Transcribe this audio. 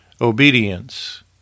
obedience